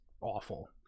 awful